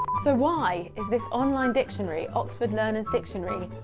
so why is this online dictionary, oxford learner's dictionary.